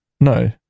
no